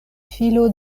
filo